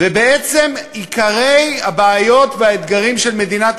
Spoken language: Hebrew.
ובעצם עיקרי הבעיות והאתגרים של מדינת